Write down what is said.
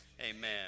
amen